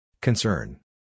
Concern